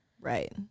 Right